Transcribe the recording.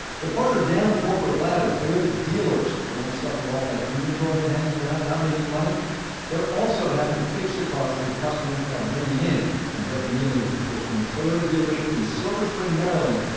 but further down the corporate ladder toyota dealers the ones stuck with all that inventory hanging around not making money they're also having to fix the cars that customers are bringing in. and brett neely reports from a toyota dealership in silver spring, md, and